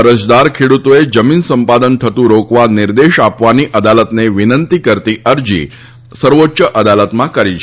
અરજદાર ખેડ઼તોએ જમીન સંપાદન થતુ રોકવા નિર્દેશ આપવાની અદાલતને વિનંતી કરતી અરજી સર્વોચ્ય અદાલતમાં કરી છે